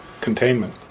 containment